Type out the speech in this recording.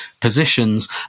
positions